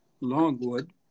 Longwood